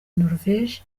norvège